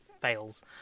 fails